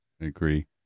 agree